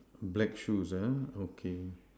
black shoes ah okay